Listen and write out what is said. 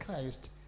Christ